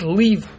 leave